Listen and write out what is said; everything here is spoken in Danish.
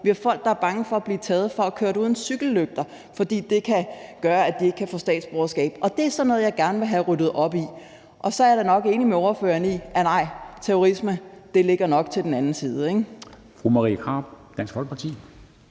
om folk, der er bange for at blive taget for at have kørt uden cykellygter, fordi det kan gøre, at de ikke kan få statsborgerskab. Og det er sådan noget, jeg gerne vil have ryddet op i. Og så er jeg da enig med spørgeren i, at terrorisme nok ligger til den anden side.